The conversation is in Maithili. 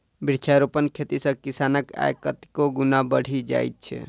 वृक्षारोपण खेती सॅ किसानक आय कतेको गुणा बढ़ि जाइत छै